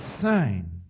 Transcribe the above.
sign